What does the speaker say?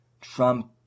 trump